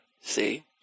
see